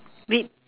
we